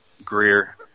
Greer